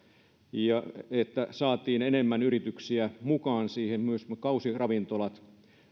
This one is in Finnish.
että saatiin siihen mukaan enemmän yrityksiä myös kausiravintolat